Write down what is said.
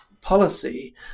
policy